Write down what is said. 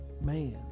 man